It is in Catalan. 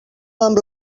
amb